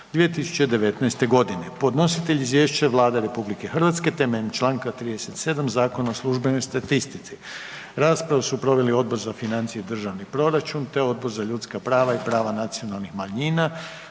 2019. godine Podnositelj izvješća Vlada RH temeljem Članka 37. Zakona o službenoj statistici. Raspravu su proveli Odbor za financije i državni proračun te Odbor za ljudska prava i prava nacionalnih manjina.